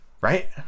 Right